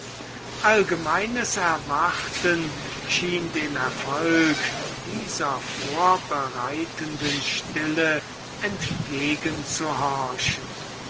allgemeines erwarten schien dem erfolg dieser vorbereitenden stille